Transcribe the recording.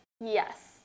Yes